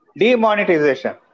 demonetization